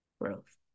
growth